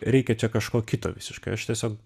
reikia čia kažko kito visiškai aš tiesiog